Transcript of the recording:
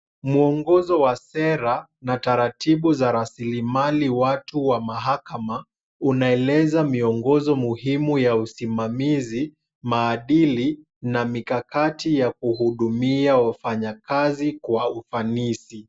Muongozo wa sera na taratibu za rasilimali watu wa mahakama, unaeleza miongozo muhimu ya usimamizi, maadili na mikakati ya kuhudumia wafanyakazi kwa ufanisi.